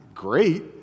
great